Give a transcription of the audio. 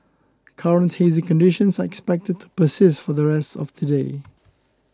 current hazy conditions are expected to persist for the rest of today